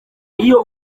iyo